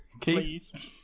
Please